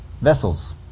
vessels